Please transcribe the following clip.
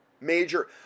major